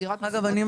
גם לזה נתייחס.